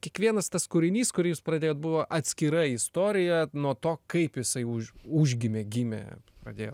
kiekvienas tas kūrinys kurį jūs pradėjot buvo atskira istorija nuo to kaip jisai už užgimė gimė pradėjo